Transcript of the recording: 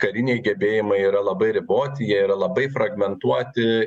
kariniai gebėjimai yra labai riboti jie yra labai fragmentuoti